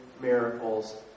miracles